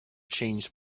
changed